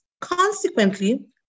Consequently